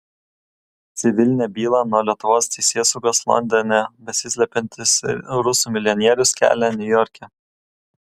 civilinę bylą nuo lietuvos teisėsaugos londone besislepiantis rusų milijonierius kelia niujorke